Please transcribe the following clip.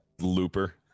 Looper